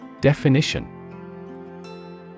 Definition